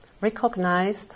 recognized